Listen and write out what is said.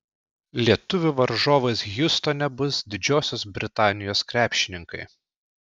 lietuvių varžovais hjustone bus didžiosios britanijos krepšininkai